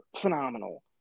phenomenal